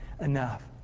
enough